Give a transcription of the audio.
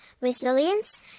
resilience